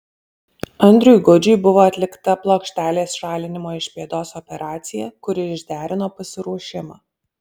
andriui gudžiui buvo atlikta plokštelės šalinimo iš pėdos operacija kuri išderino pasiruošimą